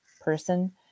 person